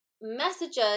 messages